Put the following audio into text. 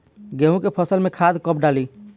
गेहूं के फसल में खाद कब डाली?